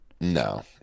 No